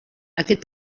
aquest